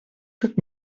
как